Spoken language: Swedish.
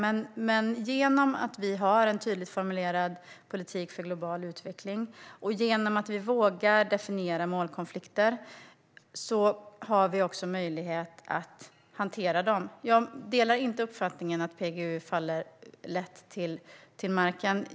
Men genom att vi har en tydligt formulerad politik för global utveckling och genom att vi vågar definiera målkonflikter har vi också möjlighet att hantera dem. Jag delar inte uppfattningen att PGU faller lätt till marken.